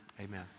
Amen